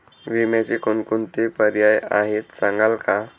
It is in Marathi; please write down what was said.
विम्याचे कोणकोणते पर्याय आहेत सांगाल का?